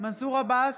מנסור עבאס,